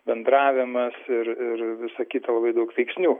bendravimas ir ir visa kita labai daug veiksnių